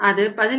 அது 17